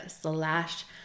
slash